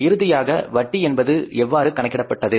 இறுதியாக வட்டி என்பது எவ்வாறு கணக்கிடப்பட்டது